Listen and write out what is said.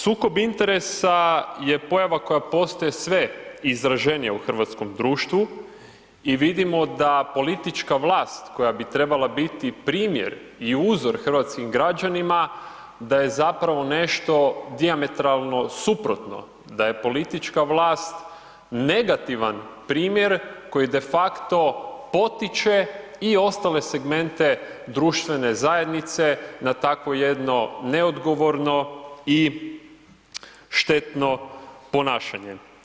Sukob interesa je pojava koja postaje sve izraženija u hrvatskom društvu i vidimo da politička vlast koja bi trebala biti primjer i uzor hrvatskim građanima da je zapravo nešto dijametralno suprotno, da je politička vlast negativan primjer koji de facto potiče i ostale segmente društvene zajednice na takvo jedno neodgovorno i štetno ponašanje.